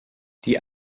die